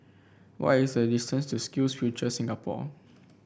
what is the distance to SkillsFuture Singapore